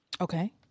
Okay